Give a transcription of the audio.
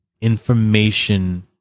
Information